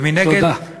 ומנגד, תודה.